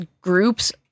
groups